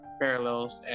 parallels